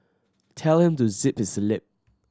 tell him to zip his lip